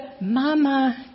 mama